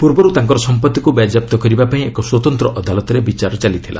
ପୂର୍ବର୍ ତାଙ୍କର ସମ୍ପଭିକ୍ତ ବାଜ୍ୟାପ୍ତ କରିବାପାଇଁ ଏକ ସ୍ୱତନ୍ତ ଅଦାଲତରେ ବିଚାର ଚାଲିଥିଲା